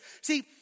See